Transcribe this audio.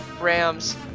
Rams